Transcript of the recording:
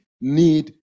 need